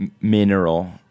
mineral